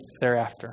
thereafter